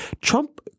Trump